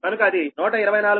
కనుక అది 12424j30